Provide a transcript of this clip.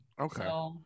Okay